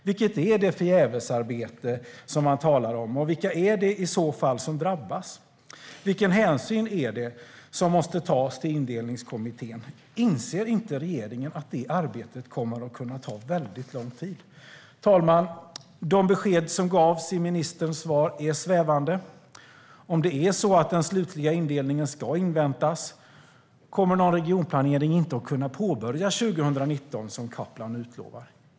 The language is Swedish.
Vilket är det förgävesarbete som man talar om, och vilka är det i så fall som drabbas? Vilken hänsyn är det som måste tas till Indelningskommittén? Inser inte regeringen att det arbetet kommer att kunna ta väldigt lång tid? Herr talman! De besked som gavs i ministerns svar är svävande. Om det är så att den slutliga indelningen ska inväntas kommer inte någon regionplanering att kunna påbörjas 2019 som Kaplan utlovar.